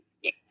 Yes